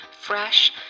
fresh